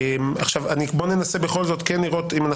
למה?